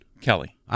Kelly